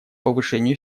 повышению